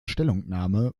stellungnahme